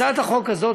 הצעת החוק הזאת,